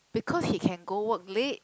because he can go work late